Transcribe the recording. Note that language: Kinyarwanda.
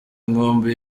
nkumbuye